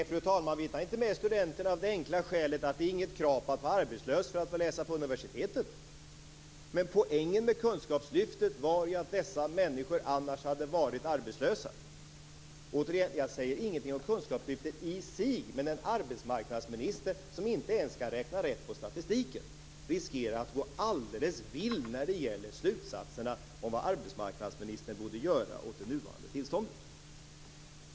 Fru talman! Vi tar inte med studenterna av det enkla skälet att det inte är något krav att vara arbetslös för att få läsa på universitetet. Poängen med kunskapslyftet var att dessa människor annars hade varit arbetslösa. Jag säger ingenting om kunskapslyftet i sig, men en arbetsmarknadsminister som inte ens kan räkna rätt på statistiken riskerar att gå alldeles vill när det gäller slutsatserna om vad arbetsmarknadsministern borde göra åt det nuvarande tillståndet.